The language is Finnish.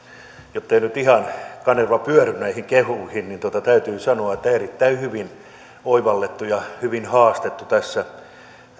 jotta ei nyt ihan kanerva pyörry näihin kehuihin niin täytyy sanoa että erittäin hyvin oivallettu ja hyvin haastettu tässä